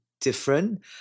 different